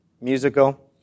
musical